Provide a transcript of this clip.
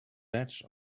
batch